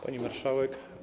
Pani Marszałek!